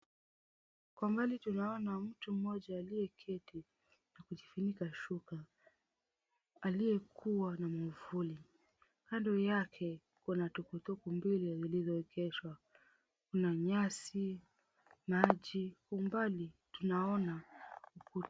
Kwa mbali tunaona mtu mmoja aliyeketi na kujifunika shuka aliyekuwa na mwavuli. Kando yake kuna tukutuku mbili zilizoegeshwa. Kuna nyasi, maji umbali tunaona.